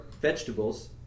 vegetables